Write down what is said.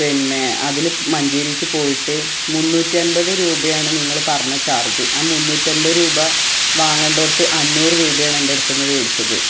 പിന്നെ അതിൽ മഞ്ചേരിക്ക് പോയിട്ട് മുന്നൂറ്റി അൻപത് രൂപയാണ് നിങ്ങൾ പറഞ്ഞ ചാർജ്ജ് ആ മുന്നൂറ്റി അൻപത് രൂപ വാങ്ങേണ്ടട്ത്ത് അഞ്ഞൂറ് രൂപയാണ് എൻ്റെ അടുത്ത് നിന്ന് വേടിച്ചത്